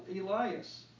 Elias